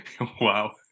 Wow